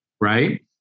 right